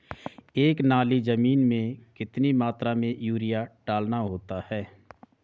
एक नाली जमीन में कितनी मात्रा में यूरिया डालना होता है?